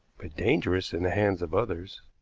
but dangerous in the hands of others.